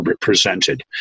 presented